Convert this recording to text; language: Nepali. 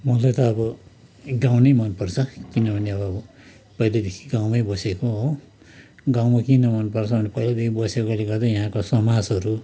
मलाई त अब गाउँ नै मनपर्छ किनभने अब पहिल्यैदेखि गाउँमै बसेको हो गाउँमा किन मनपर्छ भन्दा पहिल्यैदेखि बसेकोले गर्दा यहाँको समाजहरू